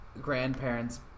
grandparents